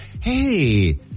hey